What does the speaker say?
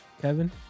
Kevin